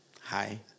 hi